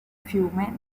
fiume